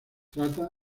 trata